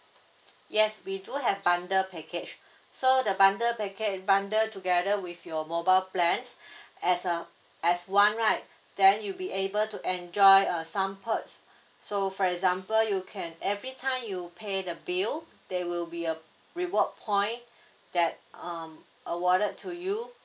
yes we do have bundle package so the bundle package bundle together with your mobile plans as a as one right then you'll be able to enjoy uh some perks so for example you can every time you pay the bill there will be a reward point that um awarded to you